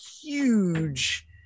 huge